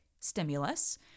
stimulus